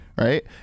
right